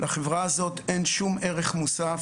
לחברה הזאת אין שום ערך מוסף,